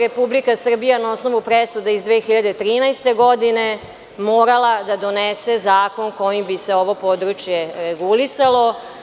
Republika Srbija na osnovu presude iz 2013. godine morala da donese zakon kojim bi se ovo područje regulisalo.